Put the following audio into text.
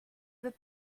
veux